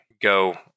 go